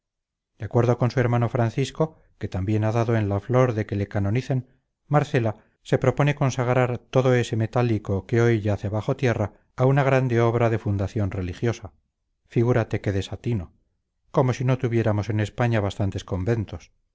de acuerdo con su hermano francisco que también ha dado en la flor de que le canonicen marcela se propone consagrar todo ese metálico que hoy yace bajo tierra a una grande obra de fundación religiosa figúrate qué desatino como si no tuviéramos en españa bastantes conventos